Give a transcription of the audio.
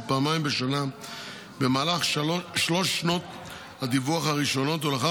פעמיים בשנה במהלך שלוש שנות הדיווח הראשונות ולאחר